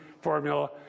formula